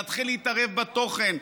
להתחיל להתערב בתוכן,